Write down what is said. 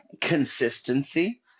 Consistency